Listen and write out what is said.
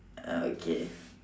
okay